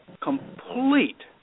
complete